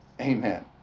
Amen